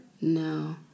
No